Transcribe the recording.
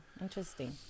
Interesting